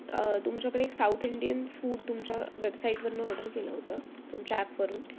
तुमच्याकडे एक south Indian food तुमच्या वेबसाईटवरनं ऑर्डर केलं होतं तुमच्या ॲपवरून